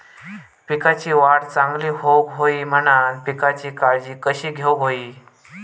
पिकाची वाढ चांगली होऊक होई म्हणान पिकाची काळजी कशी घेऊक होई?